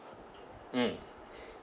mm